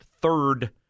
third